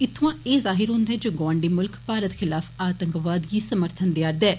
इत्थुआ ऐ जाहिर हुन्दा ऐ जे गौआंडी मुल्ख भारत खिलाफ आतंकवाद गी समर्थन देआ रदा ऐ